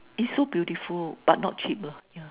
it's so beautiful but not cheap lah yeah